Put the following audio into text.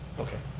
okay.